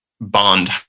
Bond